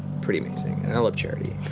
pretty amazing. and i love charity,